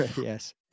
Yes